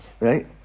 Right